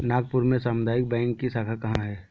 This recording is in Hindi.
नागपुर में सामुदायिक बैंक की शाखा कहाँ है?